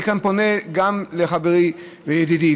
וכאן אני פונה גם לחברי וידידי,